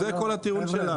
זה כל הטיעון שלנו.